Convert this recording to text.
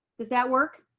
does that work?